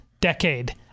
decade